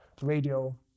radio